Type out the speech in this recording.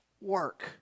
work